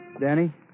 Danny